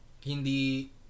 hindi